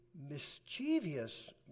mischievous